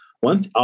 one